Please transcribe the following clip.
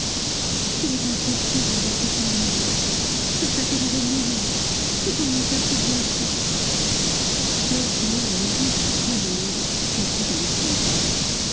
il est impossible d'être plus malheureuse j'espère que je vais mourir je sens mon coeur se glacer telles furent les réponses les plus longues qu'il put en obtenir